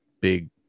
big